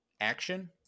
action